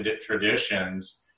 traditions